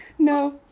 No